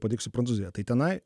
paliksiu prancūziją tai tenai